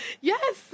Yes